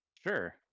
Sure